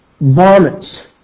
vomits